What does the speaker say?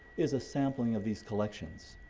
is a sampling of these collections.